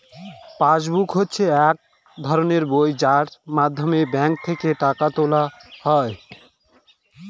pass book হচ্ছে এক ধরনের বই যার মাধ্যমে ব্যাঙ্ক থেকে টাকা তোলা হয়